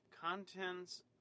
contents